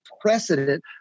precedent